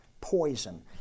poison